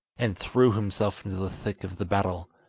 and threw himself into the thick of the battle.